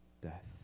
death